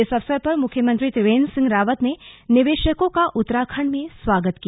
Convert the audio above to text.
इस अवसर पर मुख्यमंत्री त्रिवेन्द्र सिंह रावत ने निवेशकों का उत्तराखण्ड में स्वागत किया